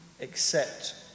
accept